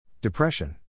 Depression